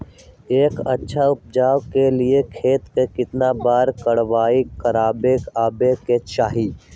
एक अच्छा उपज के लिए खेत के केतना बार कओराई करबआबे के चाहि?